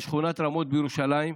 בשכונת רמות בירושלים,